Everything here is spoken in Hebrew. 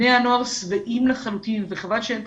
בני הנוער שבעים לחלוטין - וחבל שאין כאן